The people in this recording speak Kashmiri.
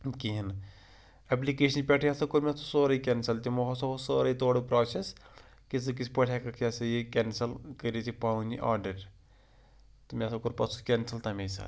کِہیٖنۍ نہٕ اٮ۪پلِکیشنہِ پٮ۪ٹھٕے ہَسا کوٚر مےٚ اَتھ سورُے کینٛہہ کٮ۪نسَل تِمو ہَسا اوس سورُے تورٕ پرٛاسٮ۪س کہِ ژٕ کِتھ پٲٹھۍ ہٮ۪کَکھ یہِ ہَسا یہِ کٮ۪نسَل کٔرِتھ یہِ پَنُن یہِ آڈَر تہٕ مےٚ ہَسا کوٚر پَتہٕ سُہ کٮ۪نسَل تَمے ساتہٕ